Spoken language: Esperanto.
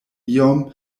iom